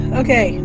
okay